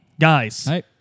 Guys